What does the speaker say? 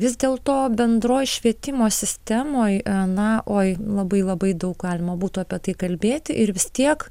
vis dėl to bendroj švietimo temoj a na oi labai labai daug galima būtų apie tai kalbėti ir vis tiek